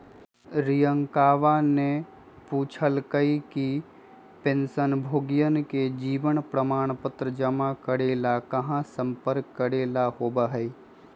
रियंकावा ने पूछल कई कि पेंशनभोगियन के जीवन प्रमाण पत्र जमा करे ला कहाँ संपर्क करे ला होबा हई?